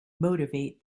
motivate